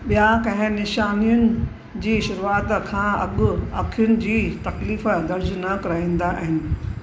ॿिया कंहिं निशानियुनि जी शुरूआति खां अॻु अखियुनि जी तकलीफ़ दर्जु न कराईंदा आहिनि